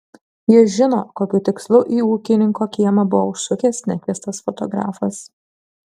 jis žino kokiu tikslu į ūkininko kiemą buvo užsukęs nekviestas fotografas